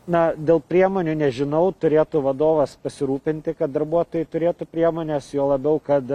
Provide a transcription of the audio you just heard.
na dėl priemonių nežinau turėtų vadovas pasirūpinti kad darbuotojai turėtų priemones juo labiau kad